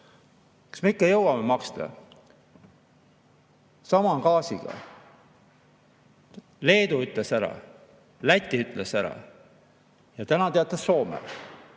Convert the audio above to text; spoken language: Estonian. Kas me ikka jõuame maksta? Sama on gaasiga. Leedu ütles ära, Läti ütles ära. Täna teatas Soome.